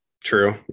True